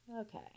Okay